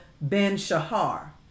Ben-Shahar